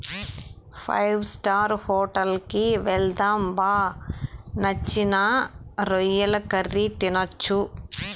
five star hotel కి వెళ్దాం బా నచ్చిన రొయ్యల కర్రీ తినొచ్చు